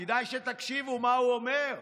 כדאי שתקשיבו למה שהוא אומר,